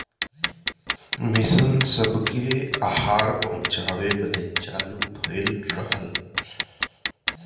mission सबके आहार पहुचाए बदे चालू भइल रहल